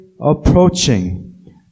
approaching